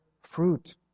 fruit